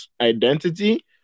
identity